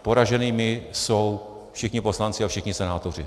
Poraženými jsou všichni poslanci a všichni senátoři.